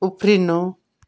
उफ्रिनु